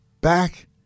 Back